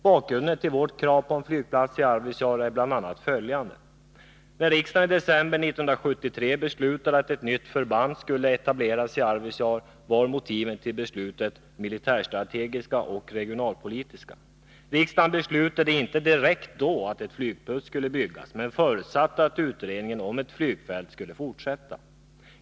Bakgrunden till vårt krav på en flygplats i Arvidsjaur är bl.a. följande. När riksdagen i december 1973 beslutade att ett nytt förband, K4, skulle etableras i Arvidsjaur var motiven till beslutet militärstrategiska och regionalpolitiska. Riksdagen beslutade inte då att ett flygfält skulle byggas, men förutsatte att utredningen om ett flygfält skulle fortsätta.